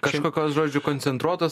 kažkokios žodžiu koncentruotos